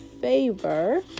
favor